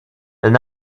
and